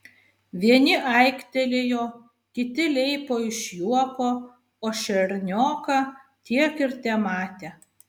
vieni aiktelėjo kiti leipo iš juoko o šernioką tiek ir tematė